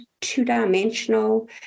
two-dimensional